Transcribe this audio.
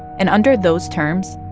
and under those terms,